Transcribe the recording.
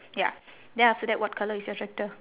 ya then after that what colour is your tractor